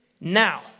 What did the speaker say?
now